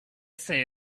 say